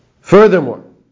Furthermore